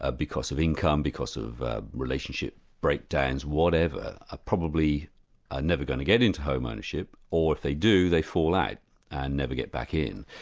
ah because of income, because of relationship breakdowns, whatever, are ah probably ah never going to get into home ownership, or if they do, they fall out and never get back in.